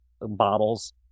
bottles